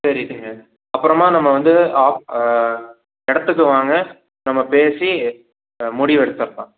தெரியுதுங்க அப்புறமாக நம்ம வந்து ஆப் இடத்துக்கு வாங்க நம்ம பேசி முடிவு எடுத்துரலாம்